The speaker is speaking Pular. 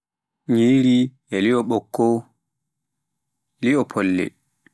Nyiri e li'o ɓokko, e li'o folle.